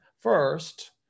first